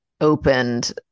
opened